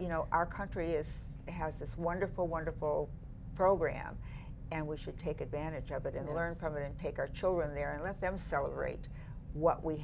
you know our country is has this wonderful wonderful program and we should take advantage of it in the learn from and take our children there and let them celebrate what we